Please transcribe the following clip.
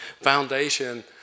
foundation